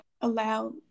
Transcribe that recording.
allow